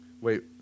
Wait